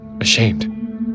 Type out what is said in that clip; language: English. ashamed